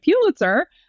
Pulitzer